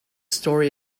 story